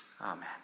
Amen